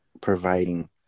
providing